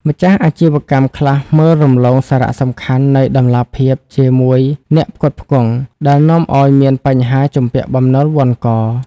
ម្ចាស់អាជីវកម្មខ្លះមើលរំលងសារៈសំខាន់នៃ "តម្លាភាពជាមួយអ្នកផ្គត់ផ្គង់" ដែលនាំឱ្យមានបញ្ហាជំពាក់បំណុលវណ្ឌក។